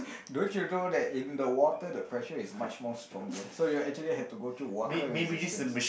don't you know that in the water the pressure is much more stronger so you actually have to go through water resistance